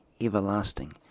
everlasting